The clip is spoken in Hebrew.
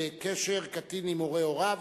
קשר קטין עם הורי הוריו),